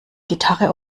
gitarre